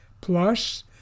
plus